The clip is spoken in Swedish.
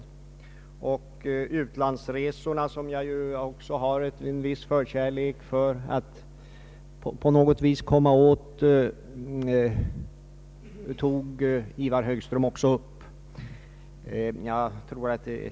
Han berörde även utlandsresorna, som jag har en viss önskan att på något vis försöka komma åt med en beskattning.